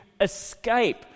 escape